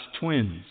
Twins